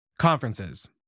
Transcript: Conferences